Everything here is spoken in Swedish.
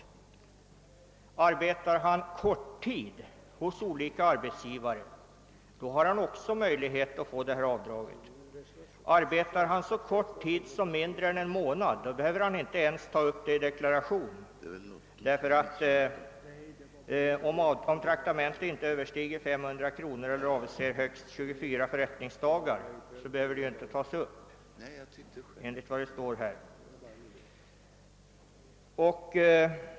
Arbetar han en kort tid hos olika arbetsgivare på annan ort än bostadsorten, kan han också få göra avdrag. Om arbetet räcker mindre tid än en månad, behöver han inte ens ta upp beloppet i deklarationen, ty om traktamentet inte överstiger 500 kronor eller avser högst 24 förrättningsdagar, föreligger inte enligt bestämmelserna någon deklarationsskyldighet.